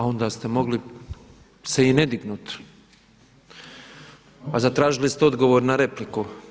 A onda ste mogli se i ne dignuti a zatražili ste odgovor na repliku.